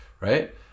right